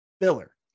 filler